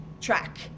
track